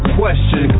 question